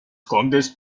condes